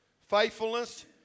faithfulness